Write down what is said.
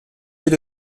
yeux